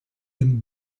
him